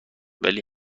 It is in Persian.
ولی